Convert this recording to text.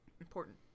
Important